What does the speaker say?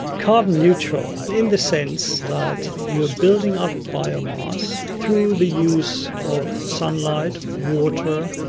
carbon natural. in the sense that you are building up biomass through the use of sunlight, water,